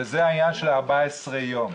וזה בידוד של 14 יום.